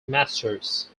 masters